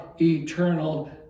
eternal